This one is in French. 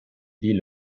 vit